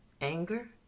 Anger